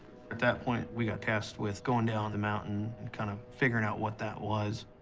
at that point, we got tasked with going down the mountain, and kind of figuring out what that was.